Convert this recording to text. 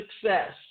success